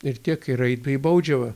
ir tiek ir eit į baudžiavą